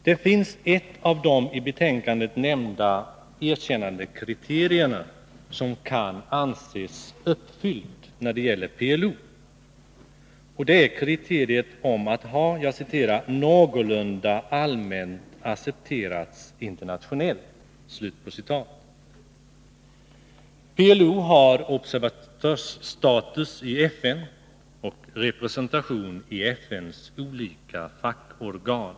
Det finns ett av de i betänkandet nämnda erkännandekriterierna som kan anses uppfyllt när det gäller PLO, och det är kriteriet att ha ”någorlunda allmänt accepterats internationellt”. PLO har observatörsstatus i FN och representation i FN:s olika fackorgan.